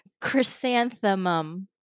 Chrysanthemum